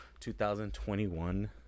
2021